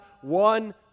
one